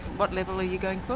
what level are you going for?